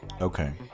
Okay